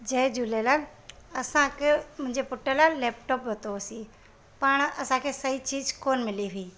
जय झूलेलाल असांखे मुंहिंजे पुटुु लाइ लैपटॉप वरितोसीं पाण असांखे सही चीज कोन्ह मिली हुई